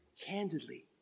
candidly